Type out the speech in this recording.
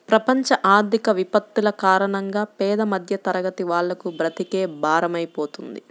ప్రపంచ ఆర్థిక విపత్తుల కారణంగా పేద మధ్యతరగతి వాళ్లకు బ్రతుకే భారమైపోతుంది